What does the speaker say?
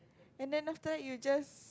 and then after that you just